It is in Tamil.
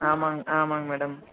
ஆமாம்ங்க ஆமாம்ங்க மேடம்